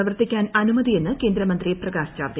പ്രവർത്തിക്കാൻ അനുമതിയെന്നു കേന്ദ്രമന്ത്രി പ്രകാശ് ജാവദേക്കർ